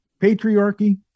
patriarchy